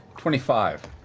twenty five.